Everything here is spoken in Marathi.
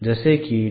जसे की